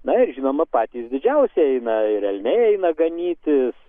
na ir žinoma patys didžiausi eina ir elniai eina ganytis